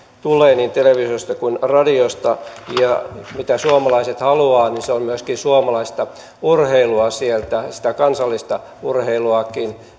tulee niin televisiosta kuin radiosta ja mitä suomalaiset haluavat niin myöskin suomalaista urheilua sieltä sitä kansallistakin urheilua